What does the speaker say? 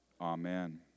Amen